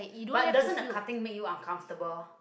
but doesn't the cutting make you uncomfortable